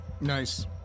Nice